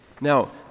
Now